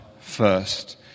first